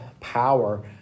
power